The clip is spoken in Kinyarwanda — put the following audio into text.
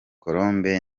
colombe